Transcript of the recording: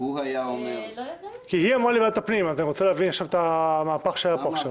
היא אמרה לי שהוחלט על ועדת הפנים אז אני רוצה להבין מה קרה פה עכשיו.